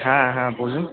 হ্যাঁ হ্যাঁ বলুন